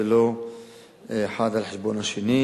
ולא אחד על חשבון השני.